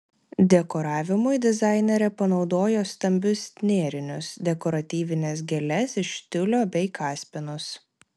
dekoravimui dizainerė panaudojo stambius nėrinius dekoratyvines gėles iš tiulio bei kaspinus